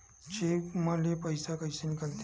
Cheque म ले पईसा कइसे निकलथे?